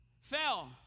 fell